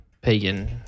pagan